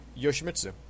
Yoshimitsu